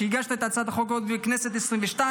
שהגשת את הצעת החוק הזאת עוד בכנסת העשרים-ושתיים,